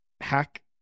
Hack